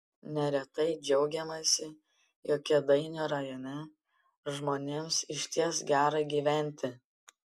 neretai džiaugiamasi jog kėdainių rajone žmonėms išties gera gyventi